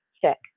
check